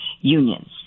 unions